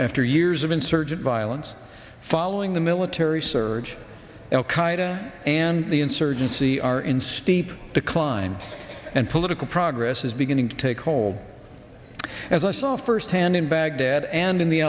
after years of insurgent violence following the military surge al qaeda and the insurgency are in steep decline and political progress is beginning to take hold as i saw firsthand in baghdad and in the